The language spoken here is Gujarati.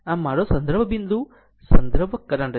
આ મારો સંદર્ભ બિંદુ સંદર્ભ કરંટ છે